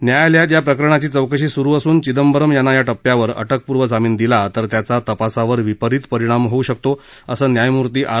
न्यायालयात या प्रकरणाची चौकशी स्रु असून चिंदबरम यांना या टप्प्यावर अटकपूर्व जामीन दिला तर त्याचा तपासावर विपरित परिणाम होऊ शकतो असं न्यायमूर्ती आर